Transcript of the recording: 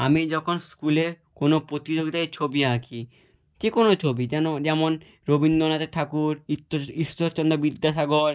আমি যখন স্কুলে কোনো প্রতিযোগিতায় ছবি আঁকি যে কোনো ছবি যেন যেমন রবীন্দ্রনাথর ঠাকুর ঈশ্বরচন্দ বিদ্যাসাগর